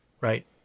right